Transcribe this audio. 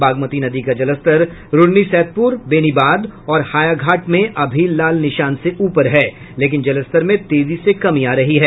बागमती नदी का जलस्तर रून्नीसैदपुर बेनीबाद और हायाघाट में अभी लाल निशान से ऊपर है लेकिन जलस्तर में तेजी से कमी आ रही है